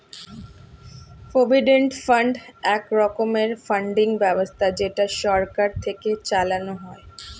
provident fund এক রকমের funding ব্যবস্থা যেটা সরকার থেকে চালানো হয়